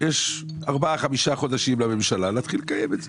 יש 4, 5 חודשים לממשלה להתחיל לקיים את זה.